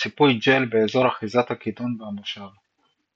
וציפויי ג'ל באזורי אחיזת הכידון והמושב .